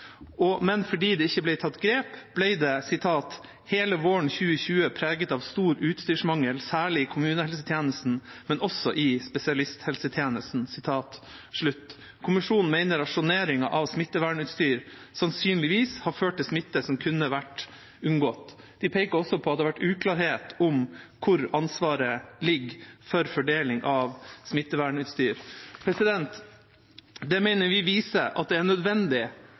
fordi det ikke ble tatt grep, var «hele våren 2020 […] preget av stor utstyrsmangel, særlig i kommunehelsetjenesten, men også i spesialisthelsetjenesten». Kommisjonen mener rasjoneringen av smittevernutstyr sannsynligvis har ført til smitte som kunne vært unngått. De peker også på at det har vært uklarhet om hvor ansvaret ligger for fordeling av smittevernutstyr. Dette mener vi viser at det er nødvendig